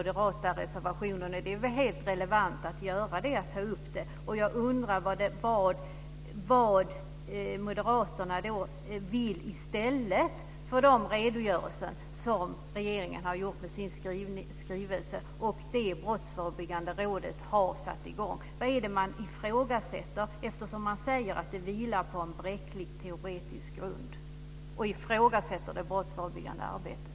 Det är helt relevant att ta upp den. Jag undrar vad moderaterna vill i stället för de redogörelser som regeringen har gjort i sin skrivelse och det Brottsförebyggande rådet har satt i gång. Vad är det man ifrågasätter? Man säger ju att det vilar på en bräcklig teoretisk grund och ifrågasätter det brottsförebyggande arbetet.